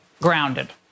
grounded